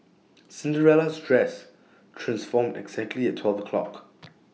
Cinderella's dress transformed exactly at twelve o'clock